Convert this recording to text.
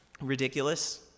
ridiculous